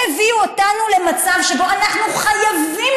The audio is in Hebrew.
הם הביאו אותנו למצב שבו אנחנו חייבים